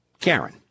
Karen